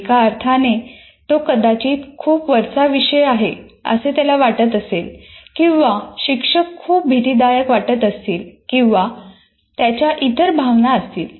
एका अर्थाने तो कदाचित खूप वरचा विषय आहे असे त्याला वाटत असेल किंवा शिक्षक खूप भितीदायक वाटत असतील किंवा त्याच्या काही इतर भावना असतील